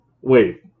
wait